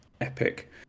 Epic